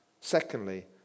Secondly